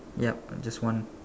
yup I just one